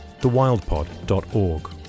thewildpod.org